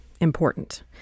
important